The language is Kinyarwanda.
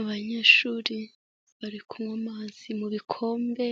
Abanyeshuri bari kunywa amazi mu bikombe,